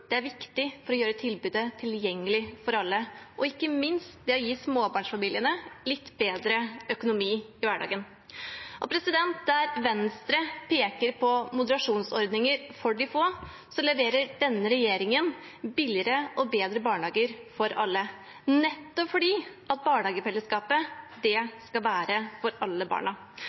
er viktig for å gjøre tilbudet tilgjengelig for alle, og ikke minst for å gi småbarnsfamiliene litt bedre økonomi i hverdagen. Og der Venstre peker på moderasjonsordninger for de få, leverer denne regjeringen billigere og bedre barnehager for alle, nettopp fordi barnehagefellesskapet skal være for alle barna.